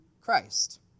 Christ